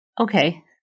Okay